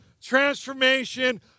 transformation